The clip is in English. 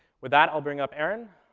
with that, i'll bring up aaron.